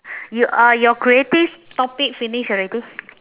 you uh your creative topic finish already